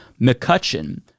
McCutcheon